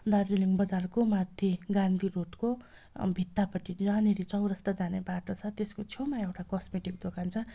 दार्जिलिङ बजारको माथि गान्धी रोडको भित्तापट्टि जहाँनेरि चौरस्ता जाने बाटो छ त्यसको छेउमा एउटा कस्मेटिक दोकान छ